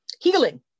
healing